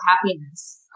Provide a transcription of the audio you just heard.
happiness